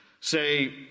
say